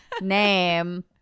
name